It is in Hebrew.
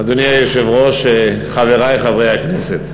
אדוני היושב-ראש, חברי חברי הכנסת,